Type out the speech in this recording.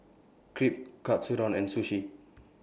Crepe Katsudon and Sushi